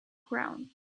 ground